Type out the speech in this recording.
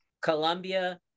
colombia